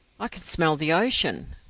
i can smell the ocean.